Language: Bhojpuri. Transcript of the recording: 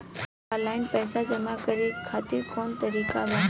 आनलाइन पइसा जमा करे खातिर कवन तरीका बा?